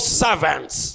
servants